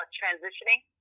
transitioning